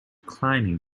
climbing